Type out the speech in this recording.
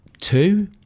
Two